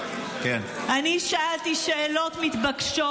אני שאלתי שאלות מתבקשות.